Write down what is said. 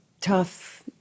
tough